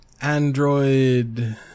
Android